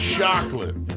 chocolate